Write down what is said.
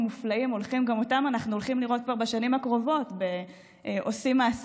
מהפועל במפעל ועד